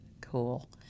Cool